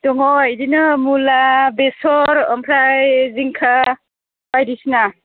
दङ बिदिनो मुला बेसर ओमफ्राय जिंखा बायदिसिना